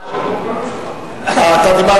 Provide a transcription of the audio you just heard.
אדוני היושב-ראש,